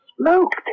Smoked